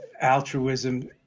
altruism